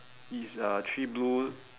it's uh three blue